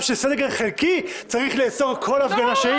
של סגר חלקי צריך לאסור כל הפגנה שהיא.